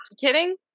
Kidding